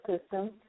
system